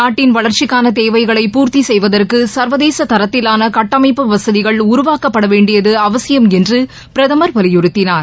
நாட்டின் வளர்ச்சிக்கான தேவைகளை பூர்த்தி செய்வதற்கு சர்வதேச தரத்திவான கட்டமைப்பு வசதிகள் உருவாக்கப்பட வேண்டியது அவசியம் என்று பிரதமர் வலியுறுத்தினார்